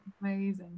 Amazing